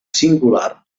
singular